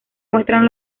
muestran